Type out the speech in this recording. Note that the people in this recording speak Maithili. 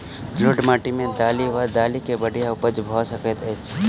जलोढ़ माटि मे दालि वा दालि केँ बढ़िया उपज भऽ सकैत अछि की?